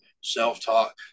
self-talk